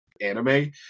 anime